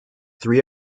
three